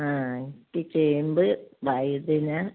ആ എനിക്ക് ചേമ്പ് വഴുതന